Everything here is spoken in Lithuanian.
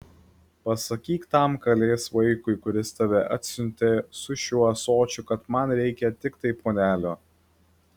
pasakyk tam kalės vaikui kuris tave atsiuntė su šiuo ąsočiu kad man reikia tiktai puodelio